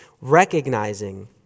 recognizing